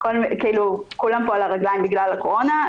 כולם פה על הרגליים בגלל הקורונה,